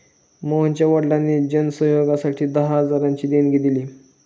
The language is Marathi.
मोहनच्या वडिलांनी जन सहयोगासाठी दहा हजारांची देणगी दिली